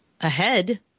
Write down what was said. ahead